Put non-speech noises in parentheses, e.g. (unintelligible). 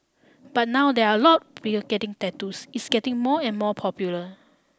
but now there are a lot of (unintelligible) getting tattoos it's getting more and more popular